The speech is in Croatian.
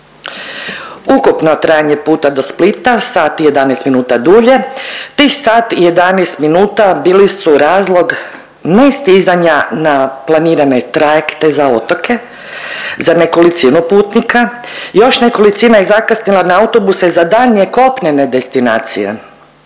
Ukupno trajanje puta do Splita sat i 11 minuta dulje, tih sat i 11 minuta bili su razlog ne stizanja na planirane trajekte za otoke za nekolicinu putnika i još nekolicina je zakasnila na autobuse za daljnje kopnene destinacije